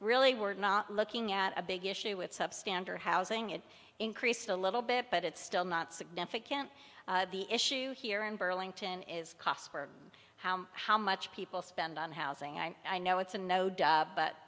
really were not looking at a big issue with substandard housing it increased a little bit but it's still not significant the issue here in burlington is cost for how how much people spend on housing i know it's a node but